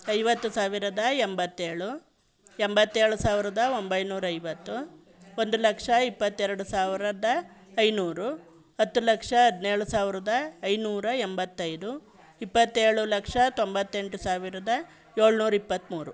ಐವತ್ತು ಸಾವಿರದ ಎಂಬತ್ತೇಳು ಎಂಬತ್ತೇಳು ಸಾವಿರದ ಒಂಬೈನೂರ ಐವತ್ತು ಒಂದು ಲಕ್ಷ ಇಪ್ಪತ್ತೆರಡು ಸಾವಿರದ ಐನೂರು ಹತ್ತು ಲಕ್ಷ ಹದಿನೇಳು ಸಾವಿರದ ಐನೂರ ಎಂಬತ್ತೈದು ಇಪ್ಪತ್ತೇಳು ಲಕ್ಷ ತೊಂಬತ್ತೆಂಟು ಸಾವಿರದ ಏಳುನೂರ ಇಪ್ಪತ್ತ್ಮೂರು